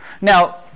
Now